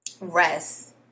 rest